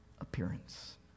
appearance